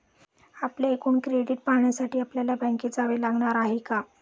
आपले एकूण क्रेडिट पाहण्यासाठी आपल्याला बँकेत जावे लागणार आहे का?